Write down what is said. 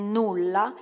nulla